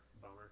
Bummer